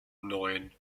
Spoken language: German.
neun